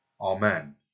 Amen